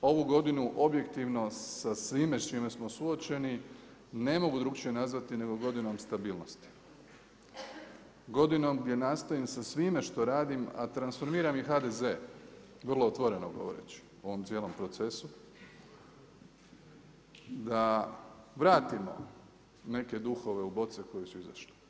Ovu godinu objektivno sa svime s čime smo suočeni ne mogu drukčije nazvati nego godinom stabilnosti, godinom gdje nastojim sa svime što radim, a transformiram i HDZ vrlo otvoreno govoreći u ovom cijelom procesu da vratimo neke duhove u boce iz kojih su izašli.